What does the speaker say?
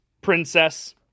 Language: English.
princess